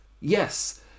Yes